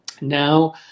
Now